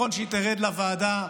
אני בקריאה ראשונה?